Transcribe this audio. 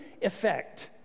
effect